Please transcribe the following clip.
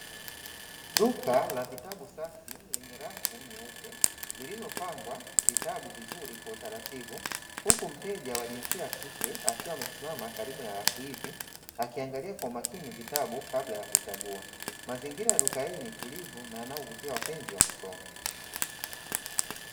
Duka la vitabu safi lenye safu nyeupe zilizopangwa vitabu vizuri kwa utaratibu huku mteja wa jinsia ya kike akiwa amesimama mbele ya rafu hizi akiangalia kwa makini vitabu kabla ya kuchagua, mazingira ya duka hili ni tulivu na yanayovutia wapenzi wa kusoma.